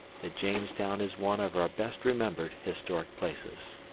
that jamestown is one of our best remembered historic places.